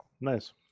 nice